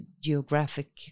geographic